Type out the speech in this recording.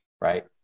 right